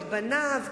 את בניו,